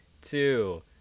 two